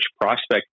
prospect